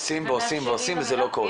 עושים ועושים וזה לא קורה.